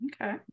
Okay